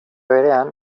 berean